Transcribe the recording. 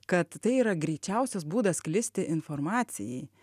kad tai yra greičiausias būdas sklisti informacijai